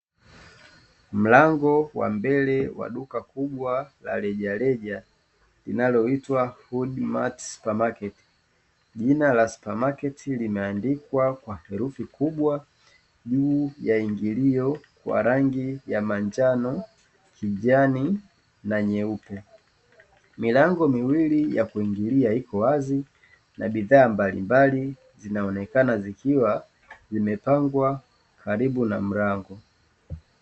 Mlango wa mbele wa duka kubwa la rejareja linaloitwa "hood mati SUPERMARKET" jina la "supermarket" limeandikwa kwa herufi kubwa juu ya ingilio kwa rangi ya; manjano, kijani na nyeupe. Milango miwili ya kuingilia iko wazi na bidhaa mbalimbali zinaonekana zikiwa zimepangwa karibu na mlango.